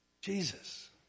Jesus